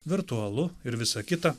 virtualu ir visa kita